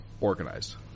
organized